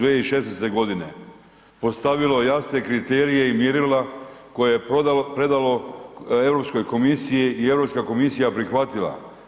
2016.g. postavilo jasne kriterije i mjerila koje je predalo Europskoj komisiji i Europska komisija prihvatila.